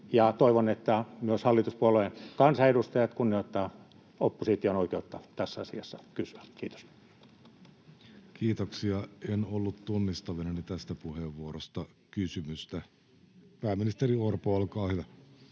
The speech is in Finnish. toivon, että myös hallituspuolueiden kansanedustajat kunnioittavat opposition oikeutta tässä asiassa kysyä. — Kiitos. Kiitoksia. — En ollut tunnistavinani tästä puheenvuorosta kysymystä. — Pääministeri Orpo, olkaa hyvä.